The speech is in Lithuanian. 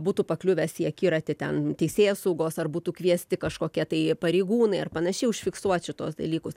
būtų pakliuvęs į akiratį ten teisėsaugos ar būtų kviesti kažkokie tai pareigūnai ar panašiai užfiksuot šituos dalykus